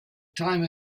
time